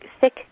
thick